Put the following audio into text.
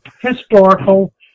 historical